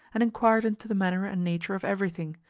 and inquired into the manner and nature of everything,